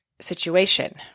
situation